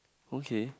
okay